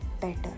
better